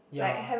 ya